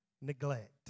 neglect